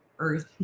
earth